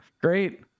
Great